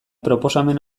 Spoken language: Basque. proposamen